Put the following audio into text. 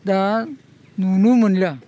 दा नुनो मोनलिया